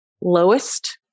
lowest